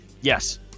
Yes